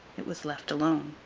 it was left alone.